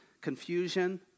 confusion